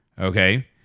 Okay